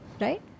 right